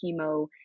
chemo